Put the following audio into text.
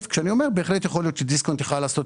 כשאני אומר שבהחלט יכול להיות שדיסקונט יכול היה לעשות